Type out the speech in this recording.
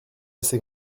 assez